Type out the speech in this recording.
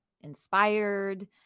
inspired